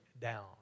down